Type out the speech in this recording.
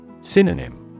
Synonym